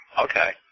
Okay